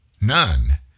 none